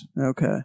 Okay